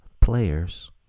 Players